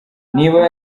niba